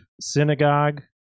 synagogue